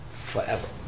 forever